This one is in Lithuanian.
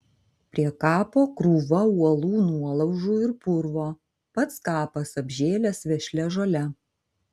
prie kapo krūva uolų nuolaužų ir purvo pats kapas apžėlęs vešlia žole